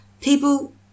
people